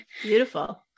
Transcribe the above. Beautiful